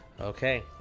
Okay